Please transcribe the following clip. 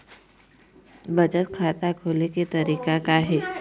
बचत खाता खोले के का तरीका हे?